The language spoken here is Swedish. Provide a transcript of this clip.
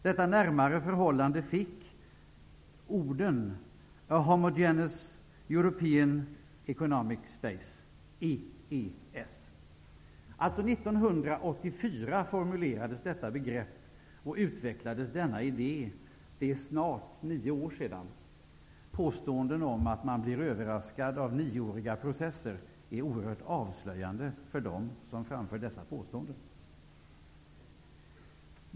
Detta närmare förhållande betecknades a homogeneous European Economic År 1984 formulerades detta begrepp och man utvecklade denna idé. Det är snart nio år sedan. Påståenden om att man blir överraskad av nioåriga processer är oerhört avslöjande för dem som framför dessa påståenden.